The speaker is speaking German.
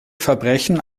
verbrechen